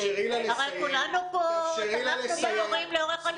כולנו פה תמכנו במורים לאורך הישיבות.